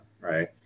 Right